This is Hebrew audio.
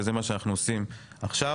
וזה מה שאנחנו עושים עכשיו.